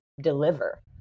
deliver